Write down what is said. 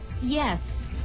yes